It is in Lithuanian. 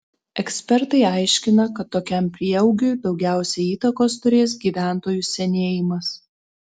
ekspertai aiškina kad tokiam prieaugiui daugiausiai įtakos turės gyventojų senėjimas